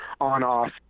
on-off